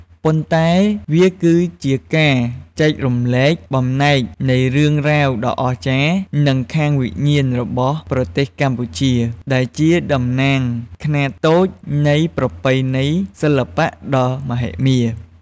ប៉ុន្តែវាគឺជាការចែករំលែកបំណែកនៃរឿងរ៉ាវដ៏អស្ចារ្យ និងខាងវិញ្ញាណរបស់ប្រទេសកម្ពុជា ដែលជាតំណាងខ្នាតតូចនៃប្រពៃណីសិល្បៈដ៏មហិមា។